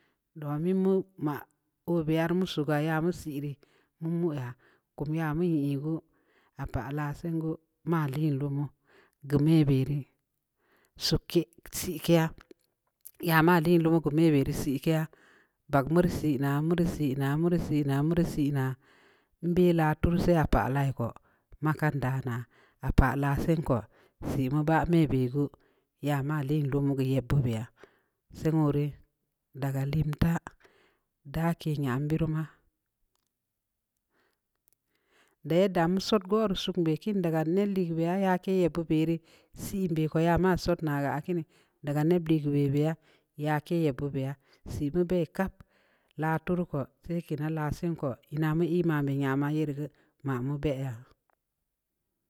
Do min mu ma ɔbiar mu suuga ya mu sii rə mummu ya'a kummu ya mu ii gue apa la siin gue ma lii lumu gou mə bere suutk siikia ya ma le ku me meri siitkia bok mur sii na mur sii- na mursii- na mur sii na'a mbə la tuur sii ya pa lai ko makan da'a na a pan la siin ko sii ma ba me bə gue ya ma le nduun ya ba be a'a sii wu re dagaliim ta'a daki nya birma daya da me suut goru suun bə kiin da ga ne le ye ya kii ya bubəri sii ən boku ya ma suut na a kiinii da ga niip de le bəbə ya kiya bu bəbə ya sii um bə kap la turu ku sa'ay kii na la siin ko ii na mu ii mamu yama iir gue mamu bə ya.